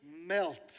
melt